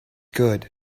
good